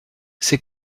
ses